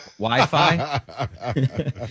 Wi-Fi